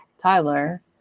Tyler